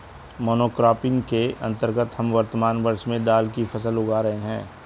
monocropping के अंतर्गत हम वर्तमान वर्ष में दाल की फसल उगा रहे हैं